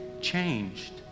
changed